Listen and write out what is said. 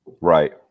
Right